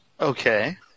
Okay